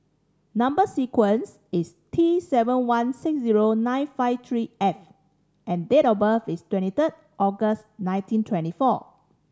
number sequence is T seven one six zero nine five three F and date of birth is twenty third August nineteen twenty four